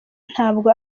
ntabwo